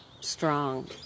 strong